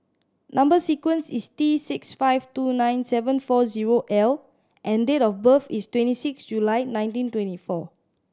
number sequence is T six five two nine seven four zero L and date of birth is twenty six July nineteen twenty four